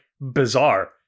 bizarre